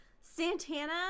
Santana